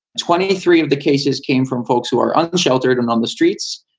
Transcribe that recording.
twenty three of the cases came from folks who are on the shelters and on the streets.